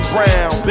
Brown